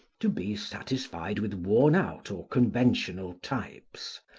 to be satisfied with worn-out or conventional types,